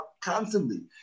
constantly